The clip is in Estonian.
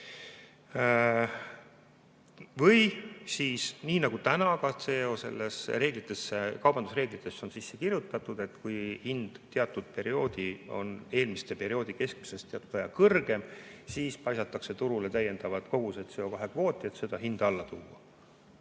Või siis nii, nagu täna on CO2reeglitesse, kaubandusreeglitesse sisse kirjutatud, et kui hind teatud perioodi on eelmiste perioodide keskmisest kõrgem, siis paisatakse turule täiendavad kogused CO2kvooti, et seda hinda alla tuua.